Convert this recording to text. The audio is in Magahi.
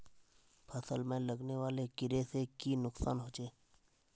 फसल में लगने वाले कीड़े से की नुकसान होचे?